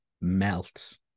melts